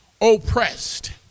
oppressed